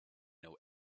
know